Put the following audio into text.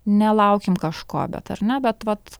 nelaukim kažko bet ar ne bet vat